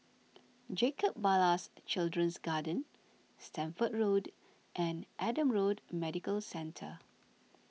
Jacob Ballas Children's Garden Stamford Road and Adam Road Medical Centre